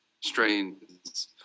strains